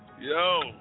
Yo